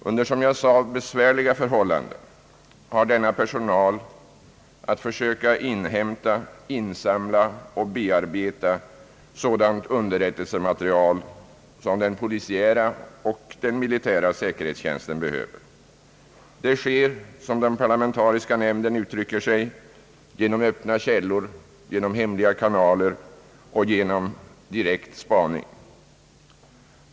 Under besvärliga förhållanden har denna personal att försöka insamla och bearbeta sådant underrät telsematerial som den polisiära och den militära säkerhetstjänsten behöver. Det sker, som den parlamentariska nämnden uttrycker sig, genom öppna källor, genom hemliga kanaler och genom direkt spaning.